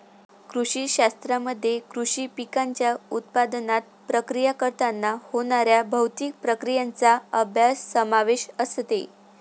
कृषी शास्त्रामध्ये कृषी पिकांच्या उत्पादनात, प्रक्रिया करताना होणाऱ्या भौतिक प्रक्रियांचा अभ्यास समावेश असते